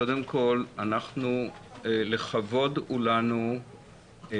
קודם כל לכבוד הוא לנו לשרת